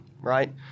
right